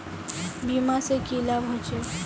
बीमा से की लाभ होचे?